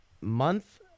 month